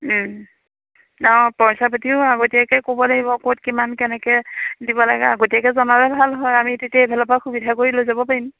অ পইচা পাতিও আগতীয়াকে ক'ব লাগিব ক'ত কিমান কেনেকে দিব লাগে আগতীয়াকে জনালে ভাল হয় আমি তেতিয়া এইফালৰ পৰা সুবিধা কৰি লৈ যাব পাৰিম